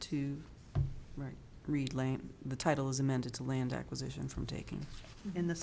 two right read lane the title is amended to land acquisition from taking in the